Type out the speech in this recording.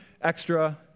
extra